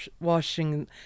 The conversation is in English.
washing